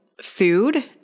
food